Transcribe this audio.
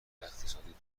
اقتصادی